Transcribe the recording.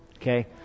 okay